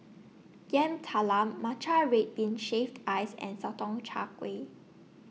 Yam Talam Matcha Red Bean Shaved Ice and Sotong Char Kway